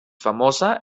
famosa